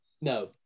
No